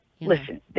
Listen